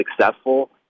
successful